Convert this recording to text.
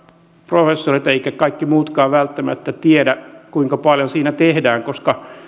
professorit eivätkä kaikki muutkaan välttämättä tiedä kuinka paljon siinä tehdään koska